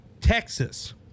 Texas